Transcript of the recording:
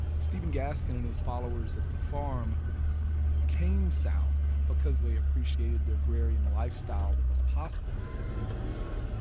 stephen gaskin and his followers at the farm came south because they appreciated the agrarian lifestyle that was possible in tennessee.